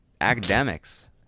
academics